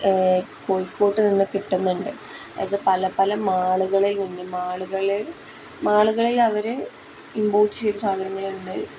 കോഴിക്കോട്ട് നിന്ന് കിട്ടുന്നുണ്ട് അത് പല പല മാളുകളിൽനിന്ന് മാളുകളിൽ മാളുകളിൽ അവർ ഇമ്പോർട്ട് ചെയ്ത സാധനങ്ങളുണ്ട്